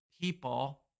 people